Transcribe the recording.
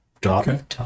daughter